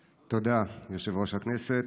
תודה, יושב-ראש הכנסת.